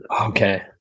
okay